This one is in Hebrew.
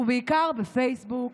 ובעיקר בפייסבוק,